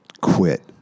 Quit